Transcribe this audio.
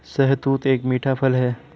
शहतूत एक मीठा फल है